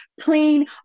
clean